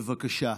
בבקשה,